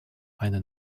eine